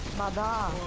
nevada